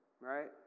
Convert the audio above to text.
right